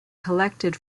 collected